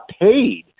paid